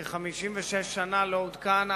כ-56 שנה לא עודכן,